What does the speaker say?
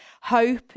hope